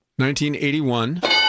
1981